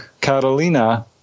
Catalina